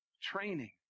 training